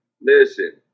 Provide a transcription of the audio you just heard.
Listen